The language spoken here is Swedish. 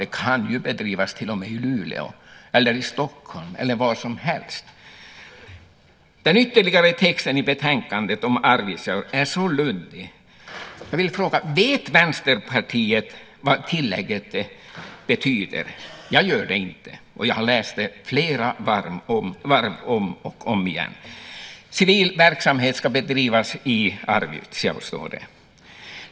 Den kan ju bedrivas till och med i Luleå eller i Stockholm eller var som helst. Den ytterligare texten i betänkandet om Arvidsjaur är så luddig. Jag vill fråga: Vet Vänsterpartiet vad tillägget betyder? Jag gör det inte, och jag har läst det flera varv, om och om igen. Civil verksamhet ska bedrivas i Arvidsjaur, står det.